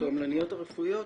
התועמלניות הרפואיות,